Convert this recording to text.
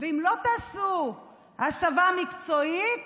ואם לא תעשו הסבה מקצועית,